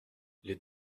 les